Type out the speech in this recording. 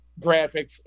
graphics